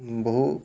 বহুত